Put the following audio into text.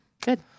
Good